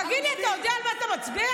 תגיד לי, אתה יודע על מה אתה מצביע?